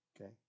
okay